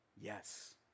Yes